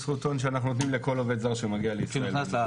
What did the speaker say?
יש זכותון שאנחנו נותנים לכל עובד זר שמגיע לישראל.